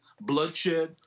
bloodshed